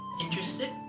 interested